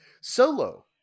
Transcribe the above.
Solo